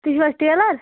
تُہۍ چھِوٕ حَظ ٹیلر